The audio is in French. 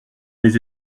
les